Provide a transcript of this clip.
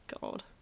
god